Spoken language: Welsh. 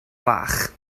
fach